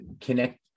connect